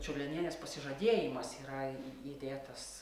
čiurlionienės pasižadėjimas yra įdėtas